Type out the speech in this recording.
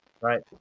right